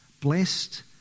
Blessed